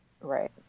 right